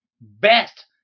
best